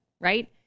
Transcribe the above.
right